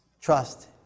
Trust